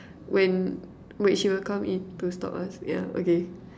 when wait she will come in to stop us yeah okay